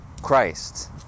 Christ